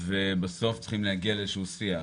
ובסוף צריכים להגיע לאיזשהו שיח.